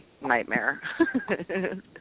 nightmare